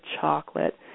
chocolate